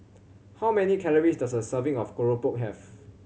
how many calories does a serving of keropok have